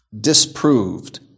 disproved